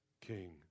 king